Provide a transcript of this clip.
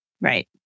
Right